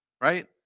right